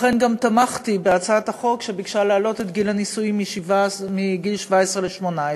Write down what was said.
לכן גם תמכתי בהצעת החוק שביקשה להעלות את גיל הנישואין מגיל 17 ל-18.